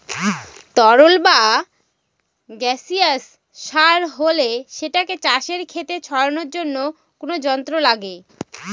তরল বা গাসিয়াস সার হলে সেটাকে চাষের খেতে ছড়ানোর জন্য কোনো যন্ত্র লাগে